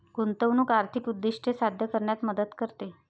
गुंतवणूक आर्थिक उद्दिष्टे साध्य करण्यात मदत करते